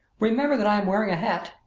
remember that i am wearing a hat,